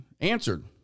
answered